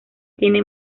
tiene